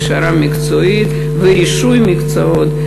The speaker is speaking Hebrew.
הכשרה מקצועית ורישוי מקצועות,